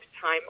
time